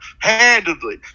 handedly